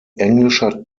englischer